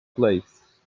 place